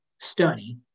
study